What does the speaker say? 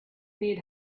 need